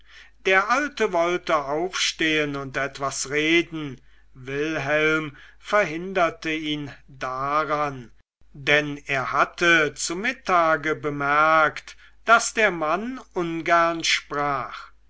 der alte wollte aufstehen und etwas reden wilhelm verhinderte ihn daran denn er hatte zu mittage bemerkt daß der mann ungern sprach